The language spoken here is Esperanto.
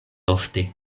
ofte